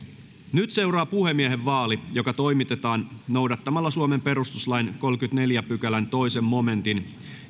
nyt seuraa puhemiehen vaali joka toimitetaan noudattamalla suomen perustuslain kolmannenkymmenennenneljännen pykälän toisen momentin